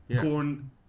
Corn